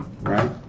Right